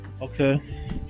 Okay